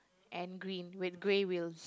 and green with grey wheels